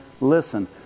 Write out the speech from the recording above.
listen